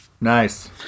Nice